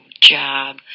job